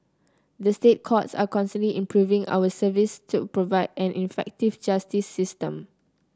the State Courts are constantly improving our services to provide an effective justice system